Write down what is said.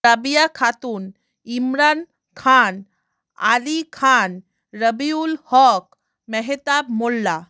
Rabiya Khatun Imran Khan Ali Khan Rabiul Haque Mehtab Molla